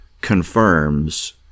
confirms